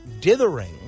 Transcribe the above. dithering